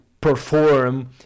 perform